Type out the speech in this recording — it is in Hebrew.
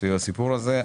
לגבי הסיפור הזה.